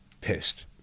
pissed